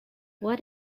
what